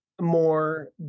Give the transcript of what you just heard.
more